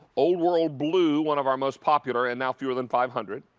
old world blue, one of our most popular, and now fewer than five hundred.